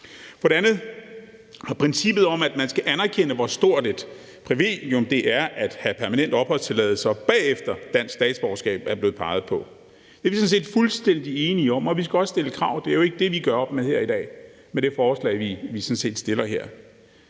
blevet peget på princippet om, at man skal anerkende, hvor stort et privilegium det er at have permanent opholdstilladelse og bagefter dansk statsborgerskab. Det er vi sådan set fuldstændig enige i, og vi skal også stille krav; det er jo ikke det, vi gør op med her i dag med det forslag, vi fremsætter her.